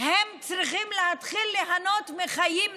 הם צריכים להתחיל ליהנות מחיים נוחים,